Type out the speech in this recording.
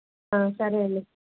సరే అండి